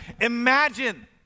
imagine